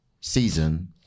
season